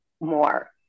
more